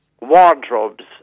wardrobes